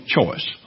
choice